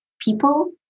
people